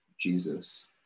Jesus